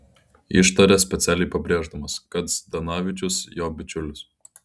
ištarė specialiai pabrėždamas kad zdanavičius jo bičiulis